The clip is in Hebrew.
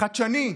חדשני,